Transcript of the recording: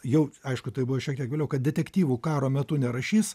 jau aišku tai buvo šiek tiek vėliau kad detektyvų karo metu nerašys